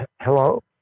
hello